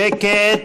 שקט,